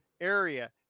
area